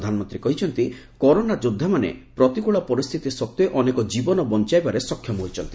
ପ୍ରଧାନମନ୍ତ୍ରୀ କହିଛନ୍ତି କରୋନା ଯୋଦ୍ଧାମାନେ ପ୍ରତିକୂଳ ପରିସ୍ଥିତି ସତ୍ତ୍ୱେ ଅନେକ ଜୀବନ ବଞ୍ଚାଇବାରେ ସକ୍ଷମ ହୋଇଛନ୍ତି